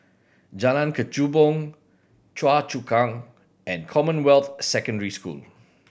Jalan Kechubong Choa Chu Kang and Commonwealth Secondary School